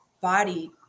body